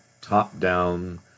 top-down